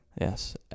Yes